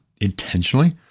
intentionally